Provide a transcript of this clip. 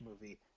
movie